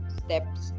steps